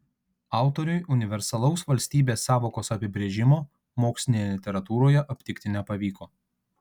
autoriui universalaus valstybės sąvokos apibrėžimo mokslinėje literatūroje aptikti nepavyko